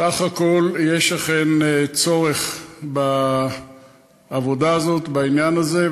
סך הכול אכן יש צורך בעבודה הזאת בעניין הזה,